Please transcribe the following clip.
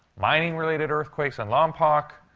mining-related earthquakes in lompoc.